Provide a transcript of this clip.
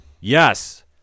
Yes